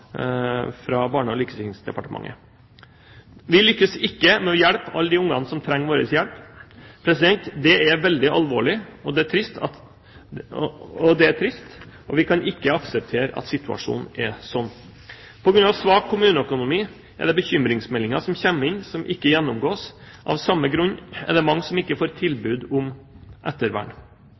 fra Barne-, likestillings- og inkluderingsdepartementet. Vi lykkes ikke med å hjelpe alle de ungene som trenger vår hjelp. Det er veldig alvorlig og trist, og vi kan ikke akseptere at situasjonen er slik. På grunn av svak kommuneøkonomi er det bekymringsmeldinger som kommer inn, som ikke gjennomgås. Av samme grunn er det mange som ikke får tilbud om ettervern.